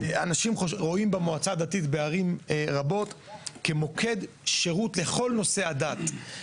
אנשים רואים במועצה הדתית בערים רבות כמוקד שירות לכל נושאי הדת,